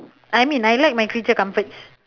I mean I like my creature comforts